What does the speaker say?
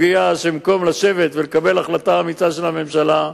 במקום לשבת ולקבל החלטה אמיצה בממשלה,